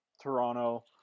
Toronto